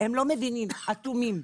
והם לא מבינים, אטומים.